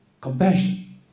compassion